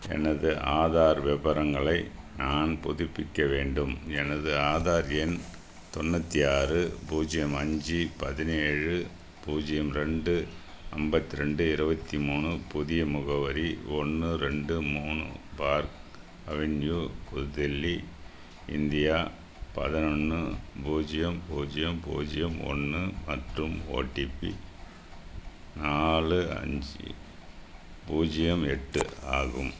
எனது ஆதார் விவரங்களை நான் புதுப்பிக்க வேண்டும் எனது ஆதார் எண் தொண்ணூற்றி ஆறு பூஜ்ஜியம் அஞ்சு பதினேழு பூஜ்ஜியம் ரெண்டு ஐம்பத்து ரெண்டு இரபத்தி மூணு புதிய முகவரி ஒன்று ரெண்டு மூணு பார்க் அவென்யூ புதுடெல்லி இந்தியா பதினொன்னு பூஜ்ஜியம் பூஜ்ஜியம் பூஜ்ஜியம் ஒன்று மற்றும் ஓடிபி நாலு அஞ்சு பூஜ்ஜியம் எட்டு ஆகும்